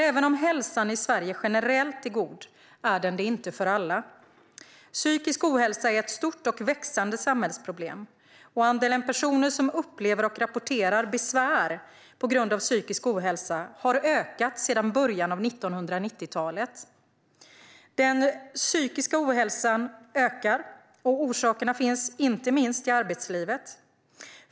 Även om hälsan i Sverige generellt sett är god är den inte det för alla. Psykisk ohälsa är ett stort och växande samhällsproblem. Andelen personer som upplever och rapporterar besvär på grund av psykisk ohälsa har ökat sedan början av 1990-talet. Den psykiska ohälsan ökar, och orsakerna finns inte minst i arbetslivet.